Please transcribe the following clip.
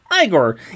Igor